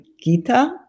Gita